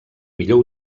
millor